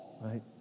right